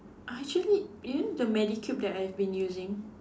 I actually you know the Medicube that I've been using